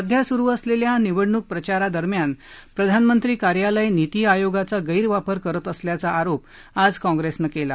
सध्या स्रु असलेल्या निवडणूक प्रचार दरम्यान प्रधानमंत्री कार्यालय नीती आयोगाचा गैरवापर करत असल्याचं आरोप आज काँग्रेसनं केला